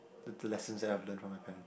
the the lessons that I've learnt from my parents